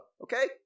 okay